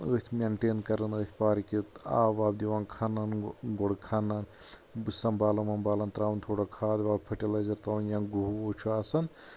أتھۍ مینٹین کران أتھۍ پارکہِ آب واب دِوان کھنان گۄڈٕ کھنان سنٛبھالان ومبھالان ترٛاوان تھوڑا کھاد یا فٔٹلایزر ترٛاوان یا گُہہ وُہہ چھُ آسان